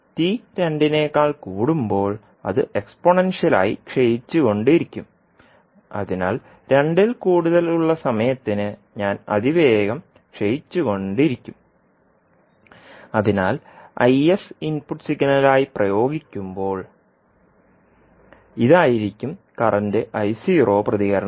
t രണ്ടിനേക്കാൾ കൂടുമ്പോൾ അത് എക്സ്പോണൻഷൃൽ ആയി ക്ഷയിച്ചുകൊണ്ടിരിക്കും അതിനാൽ രണ്ടിൽ കൂടുതലുള്ള സമയത്തിന് ഞാൻ അതിവേഗം ക്ഷയിച്ചുകൊണ്ടിരിക്കും അതിനാൽ Is ഇൻപുട്ട് സിഗ്നലായി പ്രയോഗിക്കുമ്പോൾ ഇതായിരിക്കും കറൻറ് പ്രതികരണം